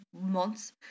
months